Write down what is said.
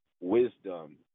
wisdom